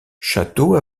château